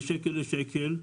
שקל לשקל,